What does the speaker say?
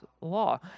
law